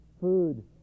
food